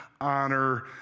honor